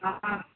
हाँ